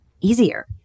easier